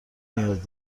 نیاز